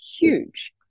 huge